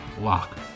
Lock